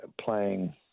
playing